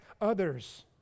others